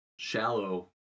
shallow